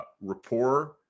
rapport